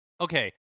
okay